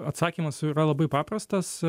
atsakymas yra labai paprastas